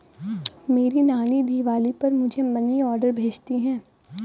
मेरी नानी दिवाली पर मुझे मनी ऑर्डर भेजती है